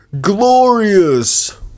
glorious